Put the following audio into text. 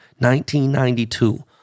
1992